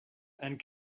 and